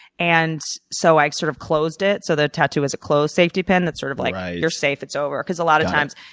and so i sort of closed it, so the tattoo is a closed safety pin. it's sort of like you're safe, it's over. because a lot of times,